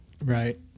Right